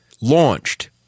launched